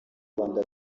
rwanda